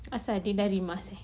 asal dia gari emas eh